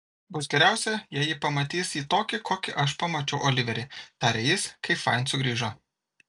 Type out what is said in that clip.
bus geriausia jei ji pamatys jį tokį kokį aš pamačiau oliverį tarė jis kai fain sugrįžo